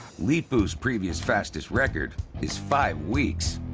leepu's previous fastest record is five weeks.